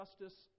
justice